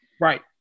right